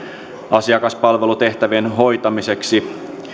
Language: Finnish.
asiakaspalvelutehtävien hoitamiseksi